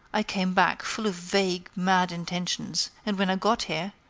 i came back full of vague, mad intentions. and when i got here